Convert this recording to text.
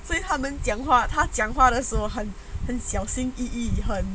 所以他们讲话他讲话的时候还很小心翼翼